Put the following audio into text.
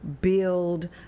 build